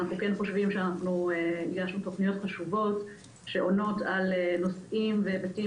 אנחנו כן חושבים שהגשנו תוכניות חשובות שעונות על נושאים והיבטים